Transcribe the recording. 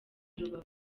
rubavu